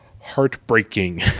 heartbreaking